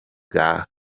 bwa